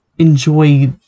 enjoy